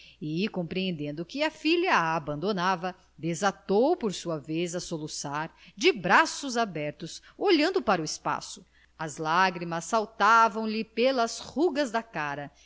compreendendo que a filha a abandonava desatou por sua vez a soluçar de braços abertos olhando para o espaço as lágrimas saltavam-lhe pelas rugas da cara